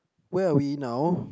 where are we now